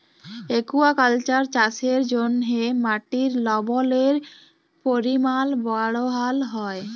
aquaculture চাষের জ্যনহে মাটির লবলের পরিমাল বাড়হাল হ্যয়